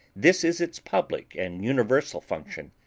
this is its public and universal function,